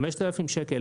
5,000 שקל,